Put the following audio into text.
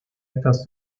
estas